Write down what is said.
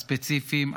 הספציפיים,